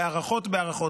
בהארכות ובהארכות.